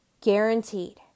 guaranteed